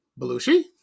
Belushi